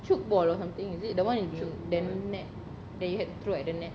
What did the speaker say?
tchoukball or something is it the one you throw them net they had through at the net